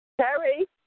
Terry